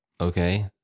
okay